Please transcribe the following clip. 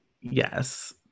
yes